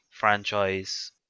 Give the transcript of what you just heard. Franchise